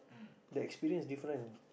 that experience different